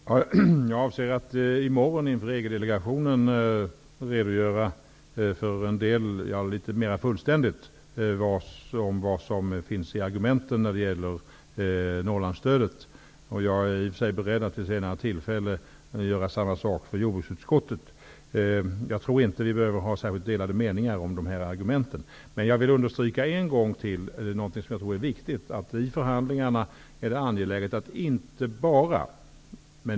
Herr talman! Jag avser att i morgon inför EG delegationen redogöra litet mera fullständigt för argumenten för Norrlandsstödet. Jag är också beredd att vid senare tillfälle göra samma sak inför jordbruksutskottet. Jag tror inte att vi behöver ha särskilt delade meningar om dessa argument. Jag vill ytterligare en gång understryka något som jag tror är viktigt, nämligen att vi i förhandlingarna inte bara bör tala om problemen.